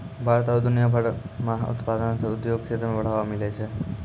भारत आरु दुनिया भर मह उत्पादन से उद्योग क्षेत्र मे बढ़ावा मिलै छै